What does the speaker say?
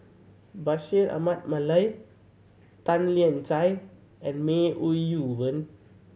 Bashir Ahmad Mallal Tan Lian Chye and May Ooi Yu Fen